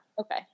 Okay